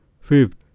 Fifth